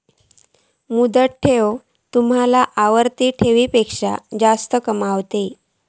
मुदत ठेव तुमका आवर्ती ठेवीपेक्षा जास्त कमावता